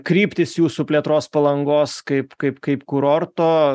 kryptys jūsų plėtros palangos kaip kaip kaip kurorto